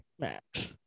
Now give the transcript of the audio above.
match